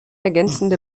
ergänzende